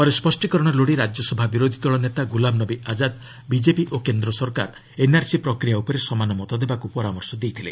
ପରେ ସ୍ୱଷ୍ଟୀକରଣ ଲୋଡ଼ି ରାଜ୍ୟସଭା ବିରୋଧି ଦଳ ନେତା ଗୁଲାମ ନବୀ ଆଜାଦ୍ ବିଜେପି ଓ କେନ୍ଦ୍ର ସରକାର ଏନ୍ଆର୍ସି ପ୍ରକ୍ରିୟା ଉପରେ ସମାନ ମତ ଦେବାକୁ ପରାମର୍ଶ ଦେଇଥିଲେ